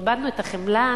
איבדנו את החמלה?